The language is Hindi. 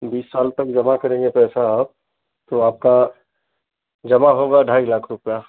बीस साल तक जमा करेंगे पैसा आप तो आपका जमा होगा ढाई लाख रुपये